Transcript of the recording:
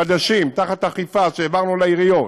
חדשים, תחת אכיפה, שהעברנו לעיריות,